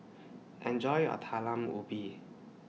Enjoy your Talam Ubi